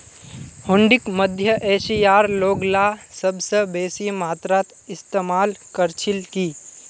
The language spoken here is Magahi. हुंडीक मध्य एशियार लोगला सबस बेसी मात्रात इस्तमाल कर छिल की